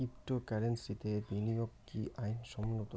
ক্রিপ্টোকারেন্সিতে বিনিয়োগ কি আইন সম্মত?